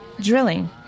drilling